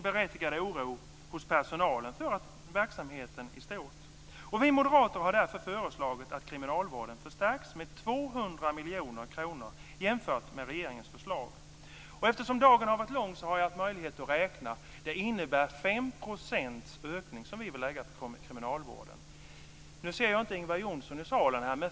Personalens oro för verksamheten i stort är berättigad. Vi moderater har därför föreslagit att kriminalvården förstärks med 200 miljoner kronor jämfört med regeringens förslag. Det innebär - eftersom dagen varit lång har jag nämligen haft möjlighet att räkna - att vi vill lägga ytterligare 5 % på kriminalvården. Jag kan inte se att Ingvar Johnsson är kvar här i salen.